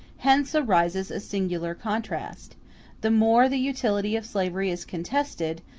hence arises a singular contrast the more the utility of slavery is contested,